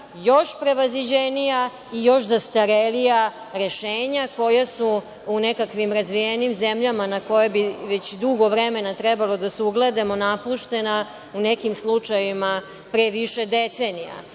još prevaziđenija i još zastarelija rešenja koja su u nekakvim razvijenijim zemljama na koja bi već dugo vremena trebalo da se ugledamo, napuštena, u nekim slučajevima pre više decenija. Ministar